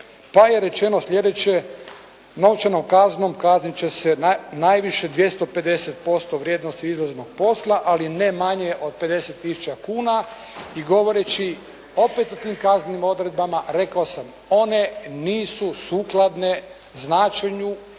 Tada je rečeno sljedeće, novčanom kaznom kazniti će najviše 250% vrijednosti izvezenog posla a ne manje od 50 tisuća kuna i govoreći opet o tim kaznenim odredbama, rekao sam nisu sukladne značenju